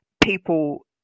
people